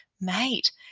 mate